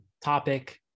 topic